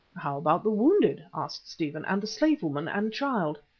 how about the wounded, asked stephen, and the slave-woman and child?